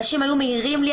אנשים היו מעירים לי,